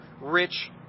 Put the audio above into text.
rich